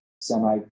semi